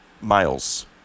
Miles